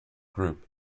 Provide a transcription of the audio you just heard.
group